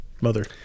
mother